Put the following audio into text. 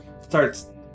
starts